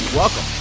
welcome